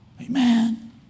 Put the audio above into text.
Amen